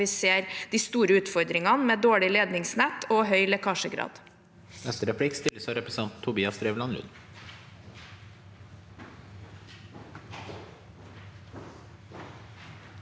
vi ser de store utfordringene med dårlig ledningsnett og høy lekkasjegrad.